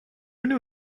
new